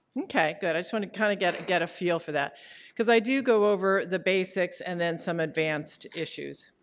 okay, good. i just want to kind of get get a feel for that because i do go over the basics and then some advanced issues.